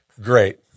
Great